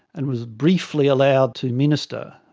and was briefly allowed to minister,